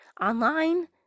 Online